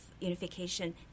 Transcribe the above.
unification